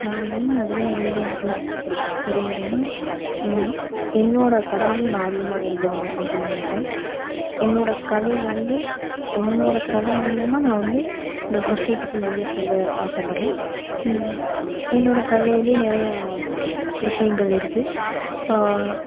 நான் என்ன அதிகமாக எழுத விரும்புகிறேனா என்னோடய கதையையும் நான் அதிகமாக எழுதணும் அப்படின்னு நினைப்பேன் என்னோடய கதையில் வந்து என்னோடய கதை மூலயமா நான் வந்து இந்த சொசைட்டிக்கு நிறைய சொல்ல ஆசைப்பட்றேன் என்னோடய கதையில் நிறையா விஷயங்கள் இருக்குது